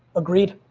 agreed.